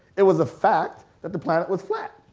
it was a fact that the planet was flat.